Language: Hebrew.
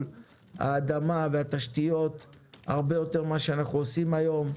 האדמה והתשתיות הרבה יותר ממה שאנחנו עושים היום,